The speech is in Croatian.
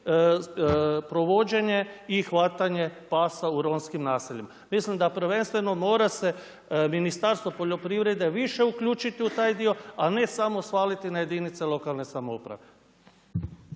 provođenje i hvatanje pasa u romskim naseljima. Mislim da prvenstveno mora se Ministarstvo poljoprivrede više uključiti u taj dio a ne samo svaliti na jedinice lokalne samouprave.